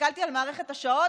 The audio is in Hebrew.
הסתכלתי על מערכת השעות,